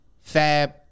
Fab